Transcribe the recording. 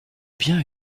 bien